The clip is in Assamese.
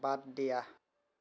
বাদ দিয়া